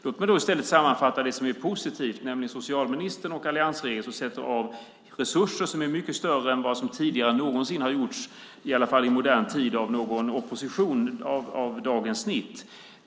Låt mig då i stället sammanfatta det som är positivt, nämligen att socialministern och alliansregeringen sätter av resurser som är mycket större än som någonsin tidigare avsatts, i alla fall i modern tid, av någon opposition av dagens snitt.